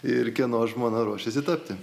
ir kieno žmona ruošiasi tapti